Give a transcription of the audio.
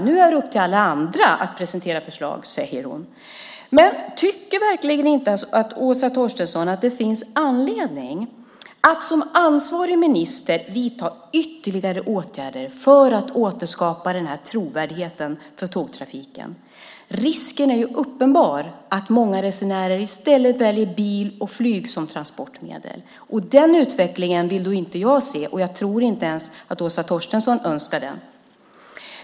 Nu är det upp till alla andra att presentera förslag, säger hon. Men tycker verkligen inte Åsa Torstensson att det finns anledning att som ansvarig minister vidta ytterligare åtgärder för att återskapa trovärdigheten för tågtrafiken? Risken är ju uppenbar att många resenärer i stället väljer bil och flyg som transportmedel. Den utvecklingen vill då inte jag se, och jag tror inte ens att Åsa Torstensson önskar det.